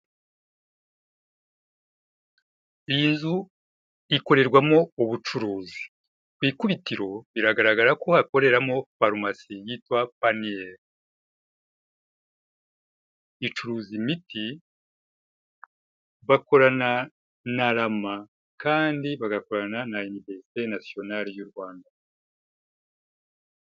Iyi nzu ikorerwamo ubucuruzi, ku ikubitiro biragaragara ko hakoreramo parumasi yitwa paniyeli, icuruza imiti bakorana na rama kandi bagakorana na indeste universite nationale y'u Rwanda.